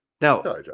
Now